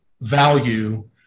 value